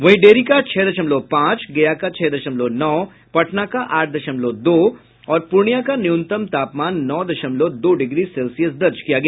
वहीं डेहरी का छह दशमलव पांच गया का छह दशमलव नौ पटना का आठ दशमलव दो और पूर्णियां का न्यूनतम तापमान नौ दशमलव दो डिग्री सेल्सियस दर्ज किया गया